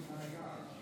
מופיעה, מופיעה.